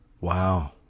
Wow